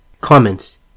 Comments